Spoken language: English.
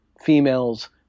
females